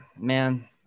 Man